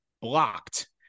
Blocked